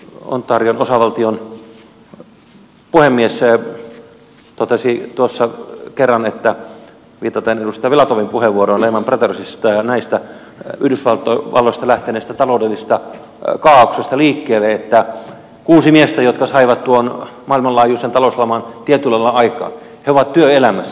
ontarion osavaltion puhemies totesi tuossa kerran viittaan edustaja filatovin puheenvuoroon lehman brothersista ja tästä yhdysvalloista liikkeelle lähteneestä taloudellisesta kaaoksesta että ne kuusi miestä jotka saivat tuon maailmanlaajuisen talouslaman tietyllä lailla aikaan ovat työelämässä